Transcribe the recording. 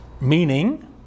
meaning